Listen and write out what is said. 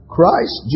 Christ